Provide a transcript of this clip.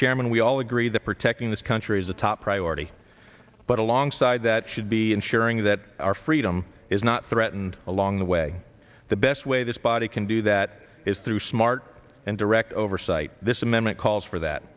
chairman we all agree that protecting the skunk there is a top priority but alongside that should be ensuring that our freedom is not threatened along the way the best way this body can do that is through smart and direct oversight this amendment calls for that